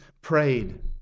prayed